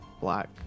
black